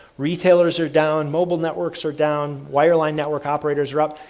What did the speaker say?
retailers are down, mobile networks are down, wireline network operators are up.